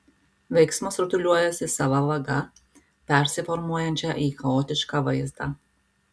veiksmas rutuliojasi sava vaga persiformuojančia į chaotišką vaizdą